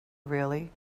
really